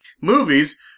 movies